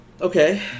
Okay